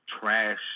trash